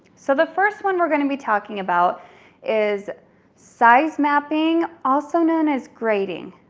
so the first one we're gonna be talking about is size mapping, also known as grading.